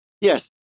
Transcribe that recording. yes